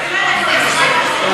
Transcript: אבל תענה לגופו של עניין,